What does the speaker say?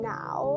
now